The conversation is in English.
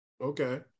Okay